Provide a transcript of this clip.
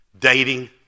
dating